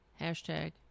Hashtag